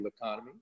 economy